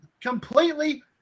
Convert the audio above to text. completely